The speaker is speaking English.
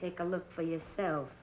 take a look for yourself